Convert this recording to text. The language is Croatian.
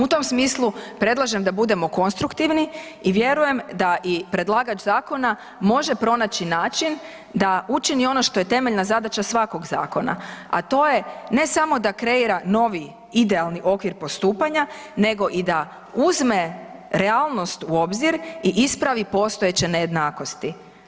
U tom smislu predlažem da budemo konstruktivni i vjerujem da i predlagač zakona može pronaći način da učini ono što je temeljna zadaća svakog zakona a to je ne samo da kreira novi idealni okvir postupanja nego i da uzme realnost u obzir i ispravi postojeće nejednakosti.